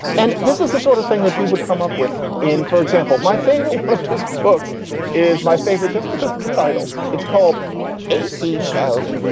and this is the sort of thing that he would come up with in. for example, my favorite but of his books is my favorite just because of the title it's called eighteen thousand.